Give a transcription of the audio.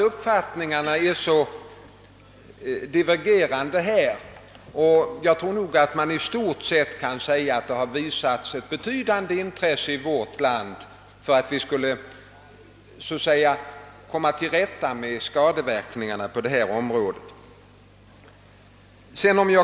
Uppfattningarna är divergerande på den punkten, men jag tror att man i stort sett kan anse att det har visats ett betydande intresse i vårt land för att komma till rätta med skadeverkningarna på detta område.